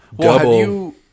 double